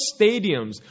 stadiums